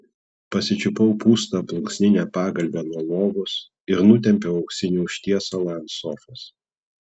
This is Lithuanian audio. pasičiupau pūstą plunksninę pagalvę nuo lovos ir nutempiau auksinį užtiesalą ant sofos